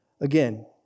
Again